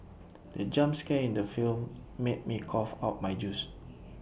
the jump scare in the film made me cough out my juice